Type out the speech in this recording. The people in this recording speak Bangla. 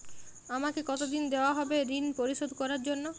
আমাকে কতদিন দেওয়া হবে ৠণ পরিশোধ করার জন্য?